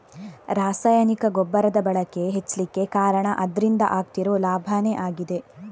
ರಾಸಾಯನಿಕ ಗೊಬ್ಬರದ ಬಳಕೆ ಹೆಚ್ಲಿಕ್ಕೆ ಕಾರಣ ಅದ್ರಿಂದ ಆಗ್ತಿರೋ ಲಾಭಾನೇ ಆಗಿದೆ